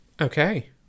Okay